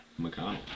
McConnell